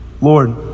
Lord